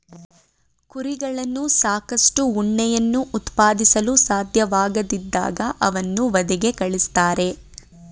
ಕುರಿಗಳಿಂದ ಸಾಕಷ್ಟು ಉಣ್ಣೆಯನ್ನು ಉತ್ಪಾದಿಸಲು ಸಾಧ್ಯವಾಗದಿದ್ದಾಗ ಅವನ್ನು ವಧೆಗೆ ಕಳಿಸ್ತಾರೆ